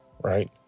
Right